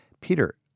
Peter